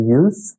use